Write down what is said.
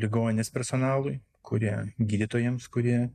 ligoninės personalui kurie gydytojams kurie